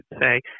say